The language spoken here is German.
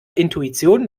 intuition